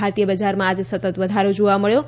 ભારતીય બજારમાં આજે સતત વધારો જોવા મળ્યો છે